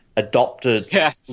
Adopted